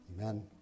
Amen